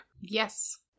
Yes